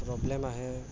problem আহে